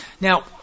Now